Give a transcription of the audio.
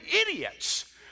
idiots